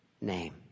name